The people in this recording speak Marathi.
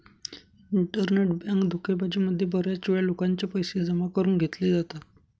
इंटरनेट बँक धोकेबाजी मध्ये बऱ्याच वेळा लोकांचे पैसे जमा करून घेतले जातात